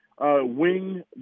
wing